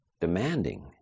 demanding